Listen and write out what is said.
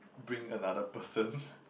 bring another person